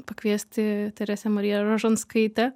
pakviesti teresę mariją rožanskaitę